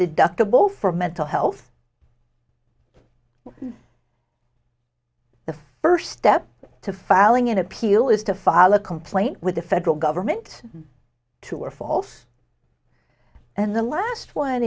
deductible for mental health the first step to filing an appeal is to file a complaint with the federal government two or false and the last one